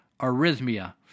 arrhythmia